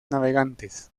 navegantes